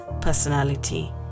personality